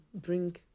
bring